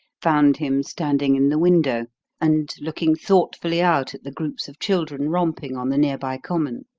found him standing in the window and looking thoughtfully out at the groups of children romping on the near-by common.